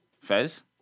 Fez